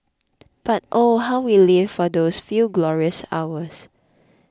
but oh how we live for those few glorious hours